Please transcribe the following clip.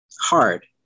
hard